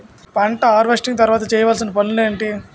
పంట హార్వెస్టింగ్ తర్వాత చేయవలసిన పనులు ఏంటి?